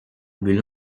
but